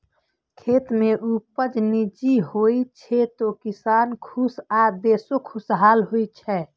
खेत मे उपज नीक होइ छै, तो किसानो खुश आ देशो खुशहाल होइ छै